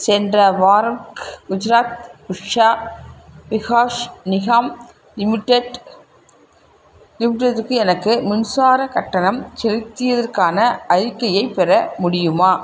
சென்ற வாரம் குஜராத் உர்சா விஹாஸ் நிஹாம் லிமிடெட் லிமிடெடுக்கு எனக்கு மின்சாரக் கட்டணம் செலுத்தியதற்கான அறிக்கையைப் பெற முடியுமா